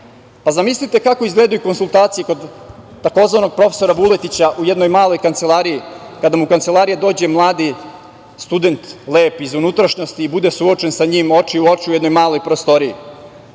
Pa zamislite kako izgledaju konsultacije kod tzv. prof. Vuletića u jednoj maloj kancelariji kada mu u kancelariju dođe jedan mladi student, lep i iz unutrašnjosti i bude suočen sa njim oči u oči u jednoj maloj prostoriji.